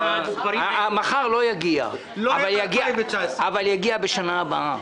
מחר לא יגיע, אבל יגיע בשנה הבאה.